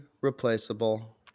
replaceable